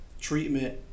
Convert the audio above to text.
treatment